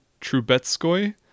Trubetskoy